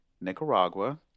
Nicaragua